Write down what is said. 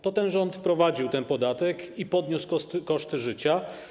To ten rząd wprowadził ten podatek i podniósł koszty życia.